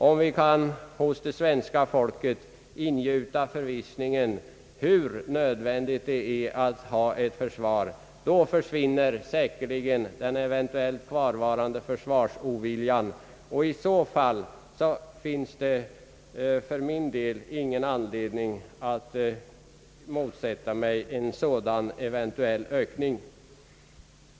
Om vi hos det svenska folket kan ingjuta förvissningen om hur nödvändigt det är att ha ett försvar försvinner säkerligen den eventuellt kvarvarande försvarsoviljan, och i så fall har jag för min del ingen anledning att motsätta mig en sådan eventuell ökning.